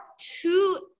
two